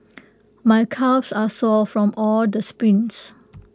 my calves are sore from all the sprints